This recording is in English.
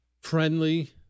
friendly